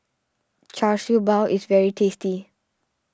Char Siew Bao is very tasty